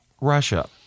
Russia